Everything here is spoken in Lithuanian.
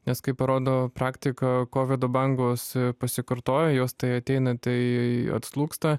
nes kaip parodo praktika kovido bangos pasikartoja jos tai ateina tai atslūgsta